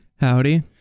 Howdy